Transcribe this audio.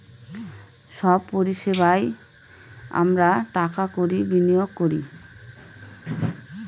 সব পরিষেবায় আমরা টাকা কড়ি বিনিয়োগ করি